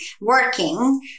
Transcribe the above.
working